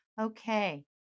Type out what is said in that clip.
Okay